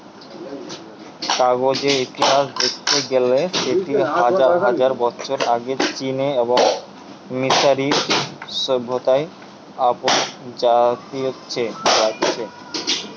কাগজের ইতিহাস দেখতে গেইলে সেটি হাজার হাজার বছর আগে চীন এবং মিশরীয় সভ্যতা অব্দি জাতিছে